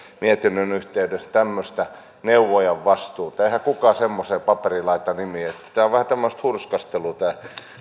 mietinnön yhteydessä tämmöistä neuvojan vastuuta eihän kukaan semmoiseen paperiin laita nimeä että tämä on vähän tämmöistä hurskastelua tämä